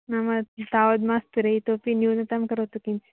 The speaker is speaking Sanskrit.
नाम तावद् मास्तु रे इतोपि न्यूनतां करोतु किञ्चित्